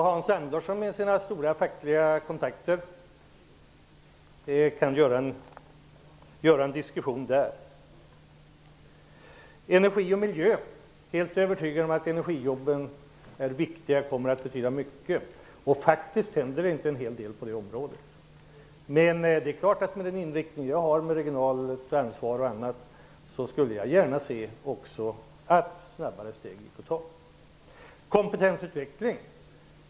Hans Andersson kan sätta i gång en diskussion bland sina många fackliga kontakter. Jag är helt övertygad om att energijobben är viktiga och kommer att betyda mycket. Händer det faktiskt inte en hel del på energi och miljöområdet? Men det är klart att jag, med tanke på den inriktning jag har med regionalt ansvar och annat, gärna skulle se att det gick att ta snabbare steg.